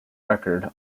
record